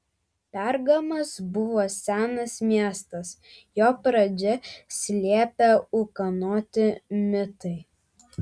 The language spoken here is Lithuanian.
pergamas buvo senas miestas jo pradžią slepia ūkanoti mitai